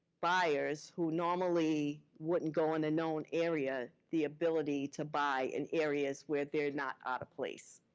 buyers who normally wouldn't go in a known area the ability to buy in areas where they're not out of place.